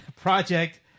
Project